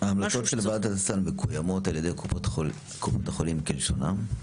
ההמלצות של ועדת הסל מקוימות על ידי קופות החולים כלשונן?